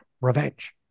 revenge